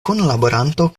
kunlaboranto